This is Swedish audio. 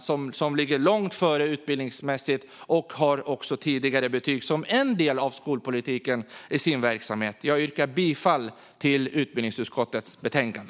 Dessa länder ligger långt före oss utbildningsmässigt, och de har tidigare betyg som en del av skolpolitiken. Jag yrkar bifall till utbildningsutskottets förslag.